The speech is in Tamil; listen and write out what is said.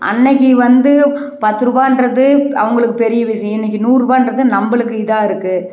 அன்றைக்கி வந்து பத்துருபான்றது அவங்களுக்கு பெரிய விஷயம் இன்றைக்கி நூறுரூபான்றது நம்பளுக்கு இதாக இருக்குது